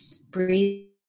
Breathe